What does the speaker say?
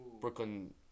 Brooklyn